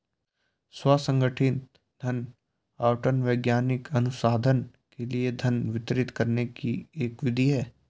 स्व संगठित धन आवंटन वैज्ञानिक अनुसंधान के लिए धन वितरित करने की एक विधि है